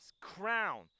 crown